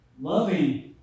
Loving